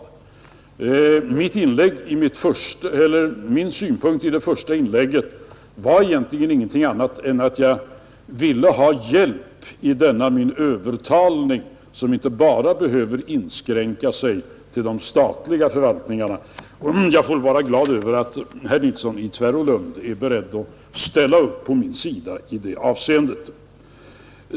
Avsikten i mitt första inlägg var egentligen ingen annan än att jag ville ha hjälp i min övertalning som inte bara behöver inskränka sig till de statliga förvaltningarna. Jag får väl vara glad över att herr Nilsson i Tvärålund är beredd att ställa upp på min sida i det avseendet.